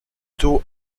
two